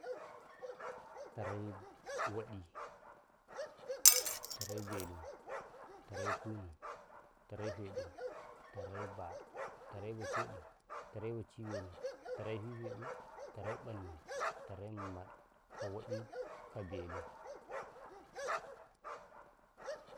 ﻿Taraii waɗi, tarai-belu, tarai kunu, tarai feɗu, tarai baɗu, tarai bacooɗi, tarai waciwelu tarai fifedu tarai belu tarai ƃannu, turai mumbaɗi ka waɗi, ka belu.